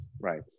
right